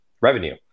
revenue